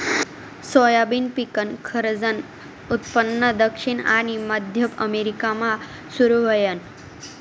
soybean पिकनं खरंजनं उत्पन्न दक्षिण आनी मध्य अमेरिकामा सुरू व्हयनं